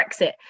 Brexit